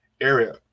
area